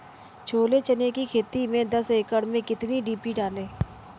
छोले चने की खेती में दस एकड़ में कितनी डी.पी डालें?